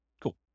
Cool